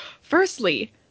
Firstly